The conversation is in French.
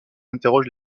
interroge